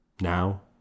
Now